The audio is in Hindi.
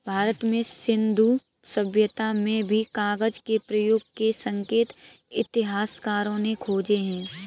भारत में सिन्धु सभ्यता में भी कागज के प्रयोग के संकेत इतिहासकारों ने खोजे हैं